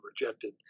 rejected